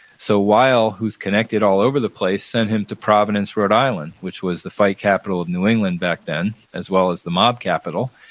so weill, who's connected all over the place, sent him to providence, rhode island, which was the fight capital of new england back then as well as the mob capital,